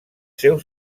seus